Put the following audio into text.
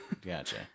Gotcha